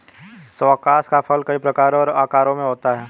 squash का फल कई प्रकारों और आकारों में होता है